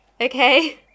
okay